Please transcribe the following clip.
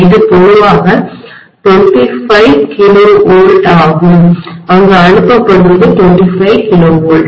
இது பொதுவாக 25 KV ஆகும் அங்கு அனுப்பப்படுவது 25 KV